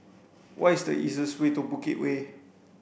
what is the easiest way to Bukit Way